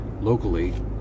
locally